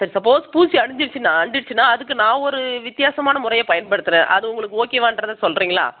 சரி சப்போஸ் பூச்சி அடைஞ்சிருச்சுன்னா அடைஞ்சிருச்சுன்னா அதுக்கு நான் ஒரு வித்தியாசமான முறையை பயன்படுத்துகிறேன் அது உங்களுக்கு ஓகேவான்றதை சொல்கிறிங்களா